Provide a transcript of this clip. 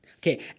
Okay